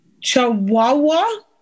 Chihuahua